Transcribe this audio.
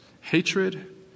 hatred